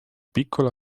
piccolo